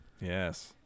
Yes